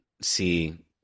see